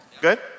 Good